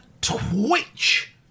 Twitch